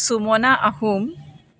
চুমনা Ahom